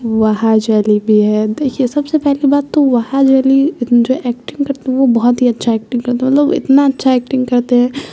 واںا جلی بھی ہے دیکھیے سب سے پہلی بات تو وہا جلی جو ایکٹنگ کرتے ہیں وہ بہت ہی اچھا ایکٹنگ کرتے ہیں مطلب اتنا اچھا ایکٹنگ کرتے ہیں